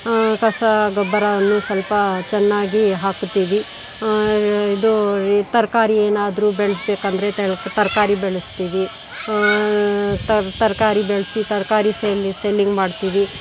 ಕಸ ಗೊಬ್ಬರವನ್ನು ಸ್ವಲ್ಪ ಚೆನ್ನಾಗಿ ಹಾಕುತ್ತೀವಿ ಇದು ತರಕಾರಿ ಏನಾದ್ರೂ ಬೆಳೆಸ್ಬೇಕಂದ್ರೆ ತರ ತರಕಾರಿ ಬೆಳೆಸ್ತೀವಿ ತ ತರಕಾರಿ ಬೆಳೆಸಿ ತರಕಾರಿ ಸೇಲ್ ಸೆಲ್ಲಿಂಗ್ ಮಾಡ್ತೀವಿ